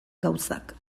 gauzak